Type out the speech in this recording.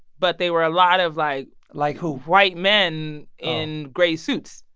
but they were a lot of like. like who. white men in gray suits,